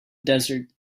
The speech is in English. desert